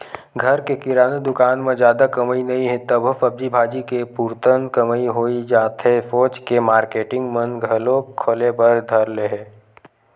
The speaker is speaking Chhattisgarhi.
घर के किराना दुकान म जादा कमई नइ हे तभो सब्जी भाजी के पुरतन कमई होही जाथे सोच के मारकेटिंग मन घलोक खोले बर धर ले हे